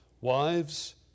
Wives